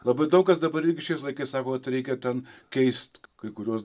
labai daug kas dabar irgi šiais laikais sako kad reikia ten keist kai kuriuos